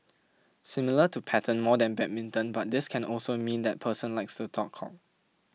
similar to pattern more than badminton but this can also mean that person likes to talk cock